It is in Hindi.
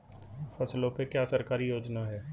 फसलों पे क्या सरकारी योजना है?